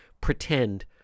pretend